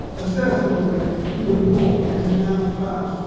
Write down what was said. accessible to the poor and the downtrodden.